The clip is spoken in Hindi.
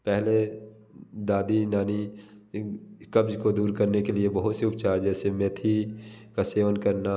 पहले दादी नानी कब्ज़ को दूर करने के लिए बहुत से उपचार जैसे मेथी का सेवन करना